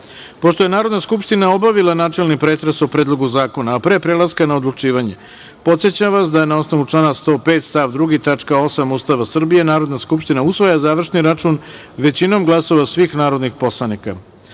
je Narodna skupština obavila načelni pretres o Predlogu zakona, a pre prelaska na odlučivanje, podsećam vas da je na osnovu člana 105. stav 2. tačka 8) Ustava Srbije, Narodna skupština usvaja završni račun većinom glasova svih narodnih poslanika.S